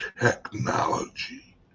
technology